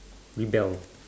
rebel